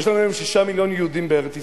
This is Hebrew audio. יש לנו היום 6 מיליון יהודים בארץ ישראל.